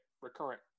recurrent